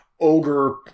ogre